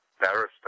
barrister